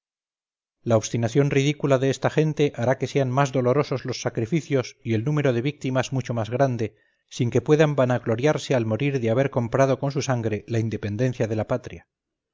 la obstinación ridícula de esta gente hará que sean más dolorosos los sacrificios y el número de víctimas mucho más grande sin que puedan vanagloriarse al morir de haber comprado con su sangre la independencia de la patria